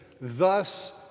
thus